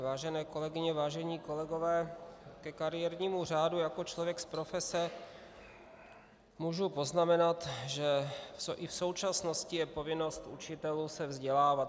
Vážené kolegyně, vážení kolegové, ke kariérnímu řádu jako člověk z profese můžu poznamenat, že i v současnosti je povinnost učitelů se vzdělávat.